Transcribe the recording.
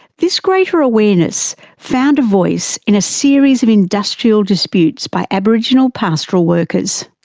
this greater awareness found a voice in a series of industrial disputes by aboriginal pastoral workers.